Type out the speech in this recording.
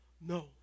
no